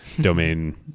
domain